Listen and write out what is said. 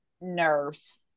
nurse